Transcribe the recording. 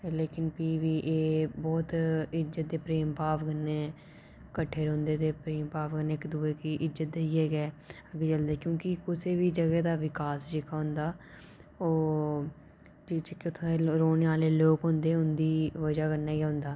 लेकिन प्ही बी एह् बहुत इज्जत ते प्रेम भाव कन्नै किट्ठे रौहंदे ते प्रेम भाव कन्नै इक्क दूए गी इज्जत देइयै गै अग्गें चलदे क्योंकि कुसै बी जगह दा विकास जेह्का होंदा ओह् जेह्के उत्थें रौहने आह्ले लोक होंदे उंदी बजह कन्नै गै होंदा